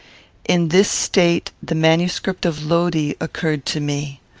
in this state, the manuscript of lodi occurred to me.